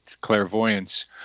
clairvoyance